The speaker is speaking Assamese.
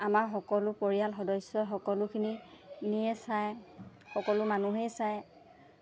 আমাৰ সকলো পৰিয়াল সদস্যই সকলোখিনিয়ে চায় সকলো মানুহেই চায়